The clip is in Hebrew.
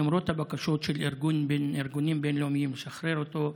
למרות הבקשות של ארגונים בין-לאומיים לשחרר אותו,